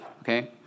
okay